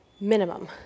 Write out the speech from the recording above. Minimum